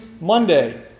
Monday